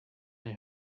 and